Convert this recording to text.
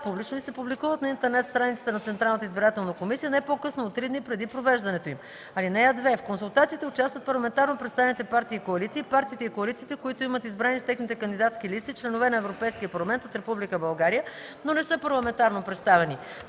публично и се публикуват на интернет страницата на общинската администрация не по-късно от три дни преди провеждането им. (2) В консултациите участват парламентарно представените партии и коалиции и партиите и коалициите, които имат избрани с техните кандидатски листи членове на Европейския парламент от Република България, но не са парламентарно представени.